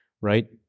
right